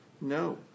no